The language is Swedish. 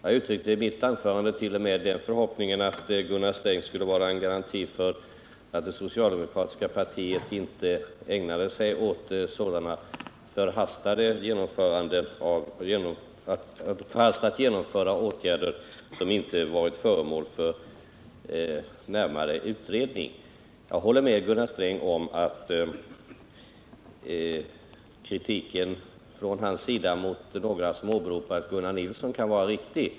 I mitt anförande uttryckte jag t.o.m. den förhoppningen att Gunnar Sträng skulle vara en garanti för att det socialdemokratiska partiet inte ägnade sig åt att förhastat genomföra åtgärder som inte varit föremål för närmare utredning. Jag håller med Gunnar Sträng om att hans kritik mot några som åberopat Gunnar Nilsson kan vara riktig.